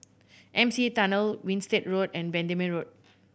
M C E Tunnel Winstedt Road and Bendemeer Road